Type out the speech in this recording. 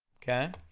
okay?